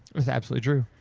is absolutely true.